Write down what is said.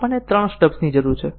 આપણને ત્રણ સ્ટબ્સની જરૂર છે